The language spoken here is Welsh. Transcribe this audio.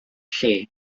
lle